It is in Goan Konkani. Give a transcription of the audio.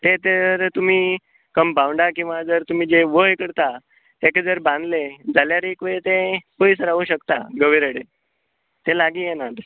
तें तर तुमी कंपांउडा किंवा जर तुमी जीं वंय करता तेका जर बांदले जाल्यार एक वेळ तें पयस रावू शकता गंवे रेडे ते लागीं येयनात